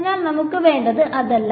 അതിനാൽ നമുക്ക് വേണ്ടത് അതല്ല